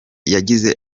yagize